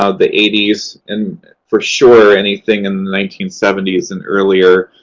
ah the eighty s, and for sure anything in the nineteen seventy s and earlier,